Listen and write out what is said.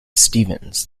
stevens